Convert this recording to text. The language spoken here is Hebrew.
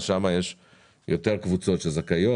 אז שם יש יותר קבוצות שזכאיות,